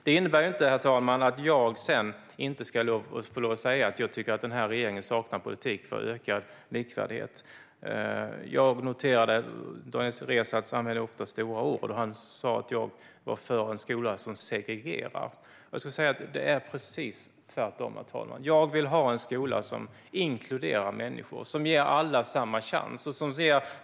Det innebär inte, herr talman, att jag inte ska få lov att säga att jag tycker att den här regeringen saknar politik för ökad likvärdighet. Daniel Riazat använder ofta stora ord. Jag noterade att han sa att jag är för en skola som segregerar. Det är precis tvärtom, herr talman. Jag vill ha en skola som inkluderar människor, som ger alla samma chans.